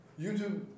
YouTube